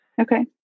Okay